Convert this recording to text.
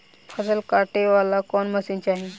फसल काटेला कौन मशीन चाही?